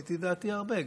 שיניתי את דעתי הרבה,